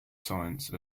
science